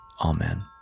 Amen